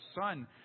Son